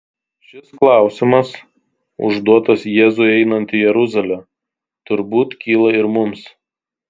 šis klausimas užduotas jėzui einant į jeruzalę turbūt kyla ir mums